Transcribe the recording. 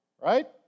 Right